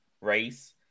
race